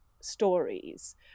stories